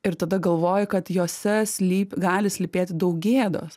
ir tada galvoji kad jose slypi gali slypėti daug gėdos